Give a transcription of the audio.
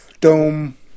dome